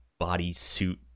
bodysuit